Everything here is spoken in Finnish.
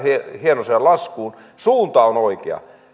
hienoiseen laskuun suunta on oikea